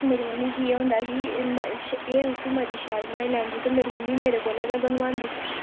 मेरी मम्मी गी एह् होंदा कि एह् श एह् रुट्टी मती शैल बनाई लैंदी ते मेरी मम्मी मेरे कोला गै बनोआंदी